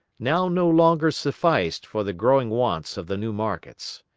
now no longer sufficed for the growing wants of the new markets.